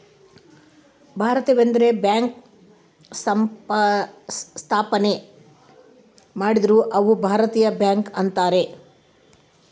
ಭಾರತದವ್ರೆ bank ಸ್ಥಾಪನೆ ಮಾಡಿದ್ರ ಅವು ಭಾರತೀಯ ಬ್ಯಾಂಕ್ ಅಂತಾರ